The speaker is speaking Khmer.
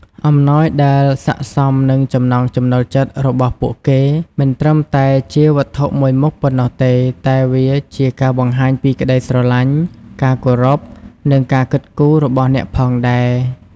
អំណោយដែលស័ក្តិសមនឹងចំណង់ចំណូលចិត្តរបស់ពួកគេ មិនត្រឹមតែជាវត្ថុមួយមុខប៉ុណ្ណោះទេ តែវាជាការបង្ហាញពីក្តីស្រឡាញ់ ការគោរព និងការគិតគូររបស់អ្នកផងដែរ។